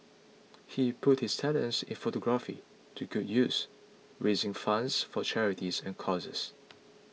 he put his talents in photography to good use raising funds for charities and causes